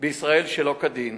בישראל שלא כדין.